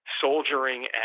soldiering